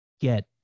get